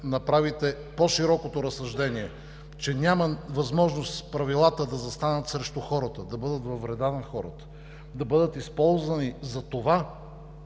направите по-широкото разсъждение, че няма възможност правилата да застанат срещу хората, да бъдат във вреда на хората, да бъдат използвани затова